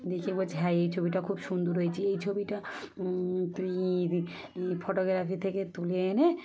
দেখে বলছে হ্যাঁ এই ছবিটা খুব সুন্দর হয়েছে এই ছবিটা তুই ফটোগ্রাফি থেকে তুলে এনে